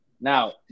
Now